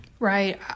Right